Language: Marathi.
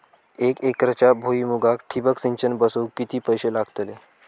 एक एकरच्या भुईमुगाक ठिबक सिंचन बसवूक किती पैशे लागतले?